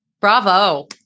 Bravo